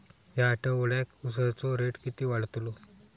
या आठवड्याक उसाचो रेट किती वाढतलो?